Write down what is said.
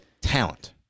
talent